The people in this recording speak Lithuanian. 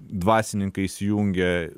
dvasininkai įsijungia